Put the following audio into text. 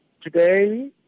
Today